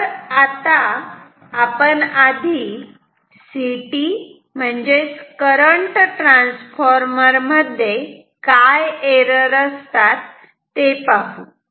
तर आता आपण आधी सिटी म्हणजेच करंट ट्रान्सफॉर्मर मध्ये काय एरर असतात ते पाहू